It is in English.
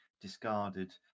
discarded